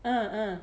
uh uh